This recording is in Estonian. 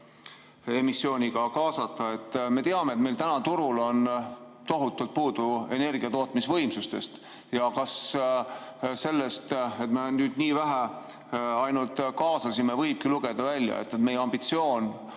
emissiooniga kaasata. Me teame, et meil on turul praegu tohutult puudu energiatootmisvõimsustest. Kas sellest, et me nüüd ainult nii vähe kaasasime, võibki lugeda välja seda, et meie ambitsioon